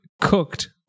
cooked